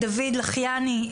דוד אלחייני,